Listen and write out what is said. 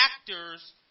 Actors